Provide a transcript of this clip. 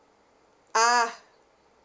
ah